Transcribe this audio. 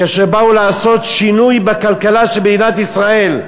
כאשר באו לעשות שינוי בכלכלה של מדינת ישראל.